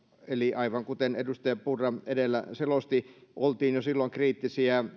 aivan kuten edustaja purra edellä selosti oltiin jo silloin kriittisiä